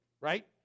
right